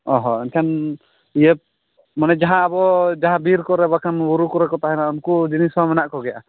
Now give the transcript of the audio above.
ᱚ ᱦᱚᱸ ᱮᱱᱠᱷᱟᱱ ᱤᱭᱟᱹ ᱢᱟᱱᱮ ᱡᱟᱦᱟᱸ ᱟᱵᱚ ᱡᱟᱦᱟᱸ ᱵᱤᱨ ᱠᱚᱨᱮ ᱵᱟᱠᱷᱟᱱ ᱵᱩᱨᱩ ᱠᱚᱨᱮ ᱠᱚ ᱛᱟᱦᱮᱱᱟ ᱩᱱᱠᱩ ᱡᱤᱱᱤᱥ ᱦᱚᱸ ᱢᱮᱱᱟᱜ ᱠᱚᱜᱮᱭᱟ